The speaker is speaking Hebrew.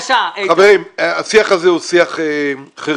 חברים, השיח הזה הוא שיח חרשים.